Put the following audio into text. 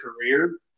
career